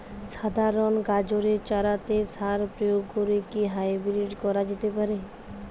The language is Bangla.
সাধারণ গাজরের চারাতে সার প্রয়োগ করে কি হাইব্রীড করা যেতে পারে?